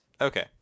Okay